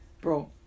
bro